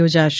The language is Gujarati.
યોજાશે